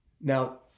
Now